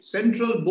Central